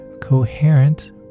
coherent